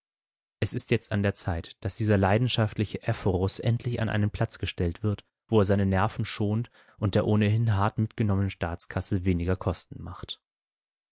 es ist jetzt an der zeit daß dieser leidenschaftliche ephorus endlich an einen platz gestellt wird wo er seine nerven schont und der ohnehin hart mitgenommenen staatskasse weniger kosten macht